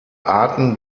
arten